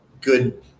good